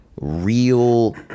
real